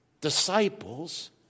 disciples